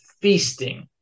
feasting